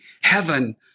Heaven